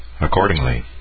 Accordingly